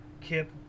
Kip